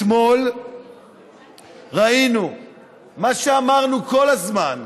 אתמול ראינו מה שאמרנו כל הזמן: